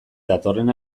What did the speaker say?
datorren